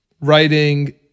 writing –